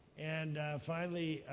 and finally,